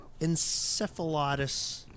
encephalitis